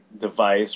device